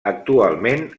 actualment